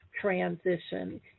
transition